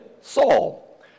Saul